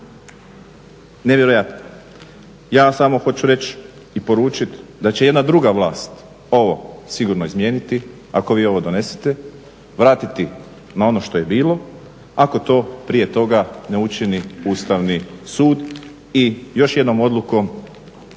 nevjerojatno. Ja samo hoću reći i poručiti da će jedna druga vlast ovo sigurno izmijeniti ako vi ovo donesete, vratiti na ono što je bilo ako to prije toga ne učini Ustavni sud i još jednom odlukom,